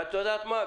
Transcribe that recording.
ואת יודעת מה?